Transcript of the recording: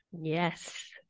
yes